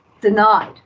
denied